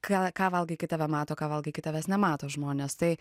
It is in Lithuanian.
ką ką valgai kai tave mato ką valgai kai tavęs nemato žmonės tai